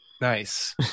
Nice